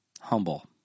humble